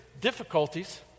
difficulties